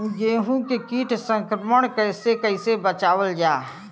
गेहूँ के कीट संक्रमण से कइसे बचावल जा?